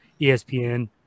ESPN